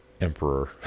emperor